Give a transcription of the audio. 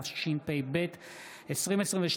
התשפ"ב 2022,